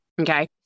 Okay